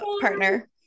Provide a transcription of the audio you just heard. partner